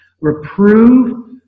reprove